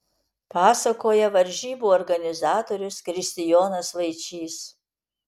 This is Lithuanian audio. pasakoja varžybų organizatorius kristijonas vaičys